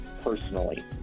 personally